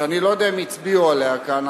שאני לא יודע אם הצביעו עליה כאן,